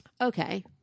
okay